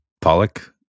Pollock